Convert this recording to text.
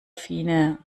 fine